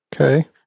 Okay